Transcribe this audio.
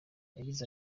yagize